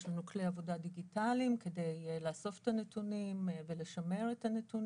יש לנו כלי עבודה דיגיטליים כדי לאסוף את הנתונים ולשמר אותם.